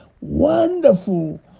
Wonderful